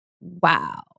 Wow